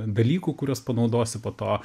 dalykų kuriuos panaudosi po to